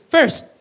First